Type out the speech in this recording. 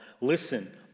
Listen